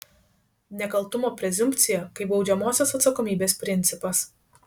nekaltumo prezumpcija kaip baudžiamosios atsakomybės principas